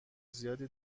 زیادی